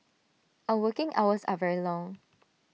our working hours are very long